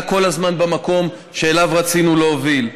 כל הזמן במקום שאליו רצינו להוביל,